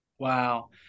Wow